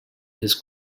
his